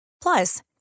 Plus